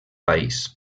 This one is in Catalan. país